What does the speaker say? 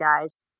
guys